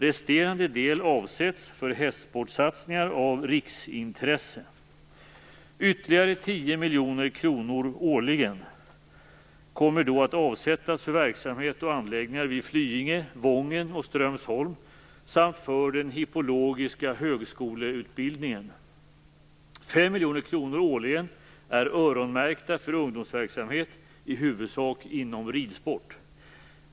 Resterande del avsätts för hästsportsatsningar av riksintresse. Ytterligare 10 miljoner kronor årligen kommer då att avsättas för verksamhet och anläggningar vid Flyinge, Wången och Strömsholm, samt för den hippologiska högskoleutbildningen. 5 miljoner kronor årligen är öronmärkta för ungdomsverksamhet, i huvudsak inom ridsport.